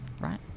right